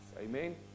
Amen